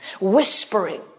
whispering